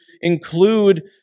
include